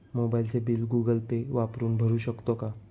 मोबाइलचे bill Google Pay वापरून भरू शकतो का?